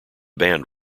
band